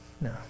No